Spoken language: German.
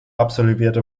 absolvierte